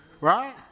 Right